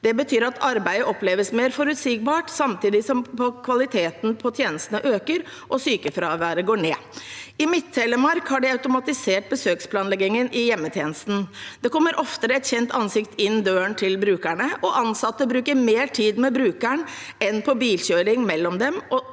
Det betyr at arbeidet oppleves mer forutsigbart, samtidig som kvaliteten på tjenestene øker og sykefraværet går ned. I Midt-Telemark har de automatisert besøksplanleggingen i hjemmetjenesten. Det kommer oftere et kjent ansikt inn døren til brukerne, og ansatte bruker mer tid med brukeren enn på bilkjøring mellom dem.